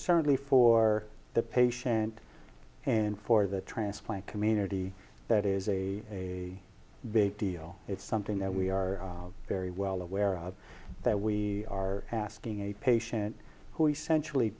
certainly for the patient and for the transplant community that is a a big deal it's something that we are very well aware of that we are asking a patient who essentially